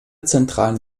zentralen